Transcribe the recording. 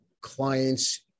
clients